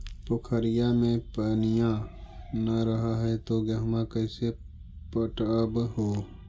पोखरिया मे पनिया न रह है तो गेहुमा कैसे पटअब हो?